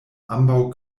ambaŭ